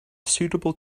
suitable